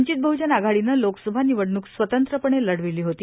वंचित बह्जन आघाडीनं लोकसभा निवडणूक स्वतंत्रपणे लढवली होती